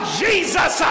jesus